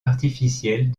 artificielles